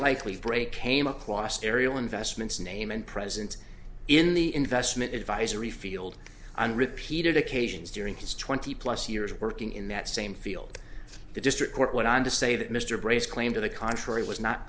likely break came across ariel investments name and presence in the investment advisory field on repeated occasions during his twenty plus years working in that same field the district court went on to say that mr brace claim to the contrary was not